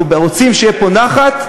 אנחנו רוצים שתהיה פה נחת,